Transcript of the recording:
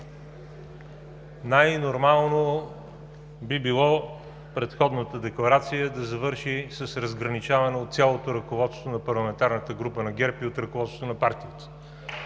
Най-нормално би било предходната декларация да завърши с разграничаване от цялото ръководство на парламентарната група на ГЕРБ и от ръководството на партията